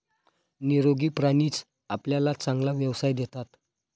निरोगी प्राणीच आपल्याला चांगला व्यवसाय देतात